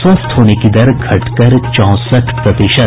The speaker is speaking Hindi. स्वस्थ होने की दर घटकर चौंसठ प्रतिशत